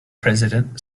president